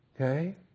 okay